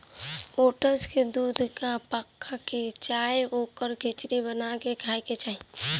oats के दूध में पका के चाहे ओकर खिचड़ी बना के खाए के चाही